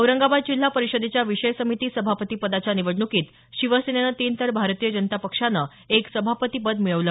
औरंगाबाद जिल्हा परिषदेच्या विषय समिती सभापतीपदाच्या निवडणुकीत शिवसेनेनं तीन तर भारतीय जनता पक्षानं एक सभापतीपद मिळवलं